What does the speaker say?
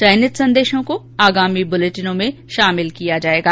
चयनित संदेशों को आगामी बुलेटिनों में शामिल किया जाएगा